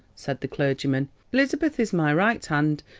said the clergyman elizabeth is my right hand,